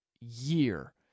year